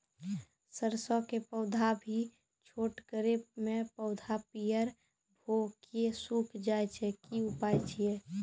सरसों के पौधा भी छोटगरे मे पौधा पीयर भो कऽ सूख जाय छै, की उपाय छियै?